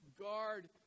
Guard